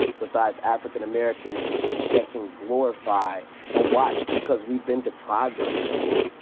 besides african americans that can glorify a watch because we've been deprived of it so long.